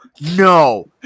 No